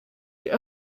die